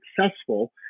successful